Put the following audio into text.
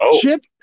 Chip